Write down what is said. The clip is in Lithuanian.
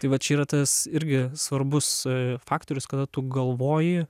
tai vat yra tas irgi svarbus faktorius kada tu galvoji